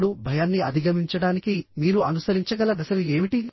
ఇప్పుడు భయాన్ని అధిగమించడానికి మీరు అనుసరించగల దశలు ఏమిటి